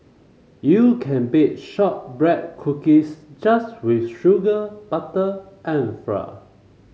you can bake shortbread cookies just with sugar butter and flour